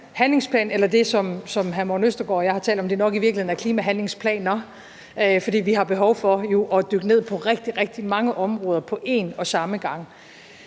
klimahandlingsplan eller det, som hr. Morten Østergaard og jeg har talt om det i virkeligheden nok er: klimahandlingsplaner, fordi vi jo har behov for at dykke ned i rigtig, rigtig mange områder på en og samme gang.